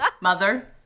mother